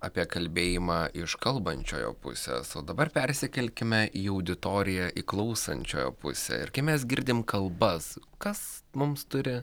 apie kalbėjimą iš kalbančiojo pusės o dabar persikelkime į auditoriją į klausančiojo pusę ir kai mes girdim kalbas kas mums turi